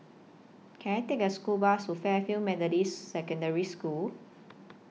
Can I Take A School Bus to Fairfield Methodist Secondary School